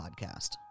podcast